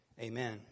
Amen